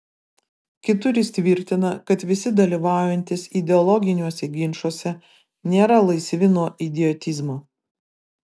kitur jis tvirtina kad visi dalyvaujantys ideologiniuose ginčuose nėra laisvi nuo idiotizmo